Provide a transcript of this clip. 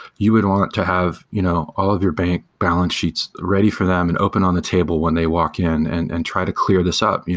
you would want to have you know all of your bank balance sheets ready for them and open on the table when they walk in and and try to clear this up.